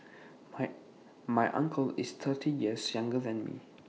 my uncle is thirty years younger than me